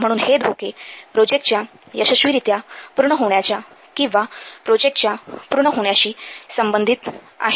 म्हणून हे धोके प्रोजेक्टच्या यशस्वीरीत्या पूर्ण होण्याच्या किंवा प्रोजेक्टच्या पूर्ण होण्याशी संबंधित आहेत